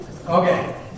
Okay